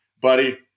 buddy